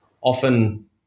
Often